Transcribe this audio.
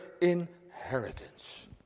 inheritance